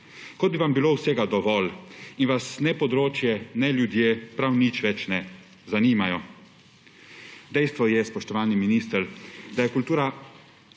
da bi vam bilo vsega dovolj in vas ne področje ne ljudje prav nič več ne zanimajo. Dejstvo je, spoštovani minister, da je kultura